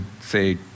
say